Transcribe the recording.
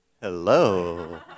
Hello